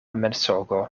mensogo